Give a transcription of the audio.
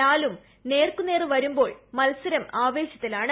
ലാലും നേർക്കുനേർ വരുമ്പോൾ മത്സരം ആവേശത്തിലാണ്